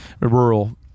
rural